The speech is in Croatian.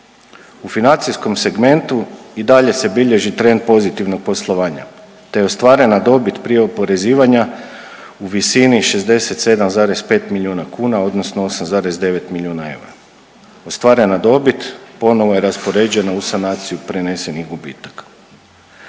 U financijskom segmentu, i dalje se bilježi trend pozitivnog poslovanja te je ostvarena dobit prije oporezivanja u visini 67,5 milijuna kuna, odnosno 8,9 milijuna eura. Ostvarena dobit ponovno je raspoređena u sanaciju prenesenih gubitaka.